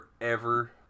forever